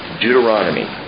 Deuteronomy